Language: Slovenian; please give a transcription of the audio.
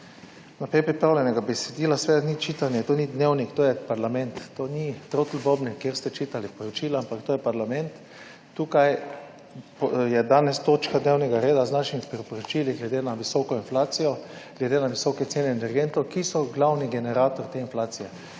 naprej pripravljenega besedila, seveda ni čitanje to ni dnevnik, to je parlament. To ni totelboni, kjer ste čitali poročila, ampak to je parlament. Tukaj je danes točka dnevnega reda z našimi priporočili glede na visoko inflacijo, glede na visoke cene energentov, ki so glavni generator te inflacije.